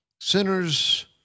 sinners